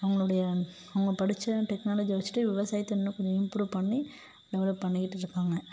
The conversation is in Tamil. அவங்களுடைய அவங்க படிச்ச டெக்னாலஜியை வச்சிகிட்டு விவசாயத்தை இன்னும் கொஞ்சம் இம்ப்ரூவ் பண்ணி டெவலப் பண்ணிக்கிட்டு இருக்காங்க